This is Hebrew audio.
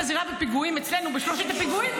בזירת הפיגועים אצלנו בשלושת הפיגועים,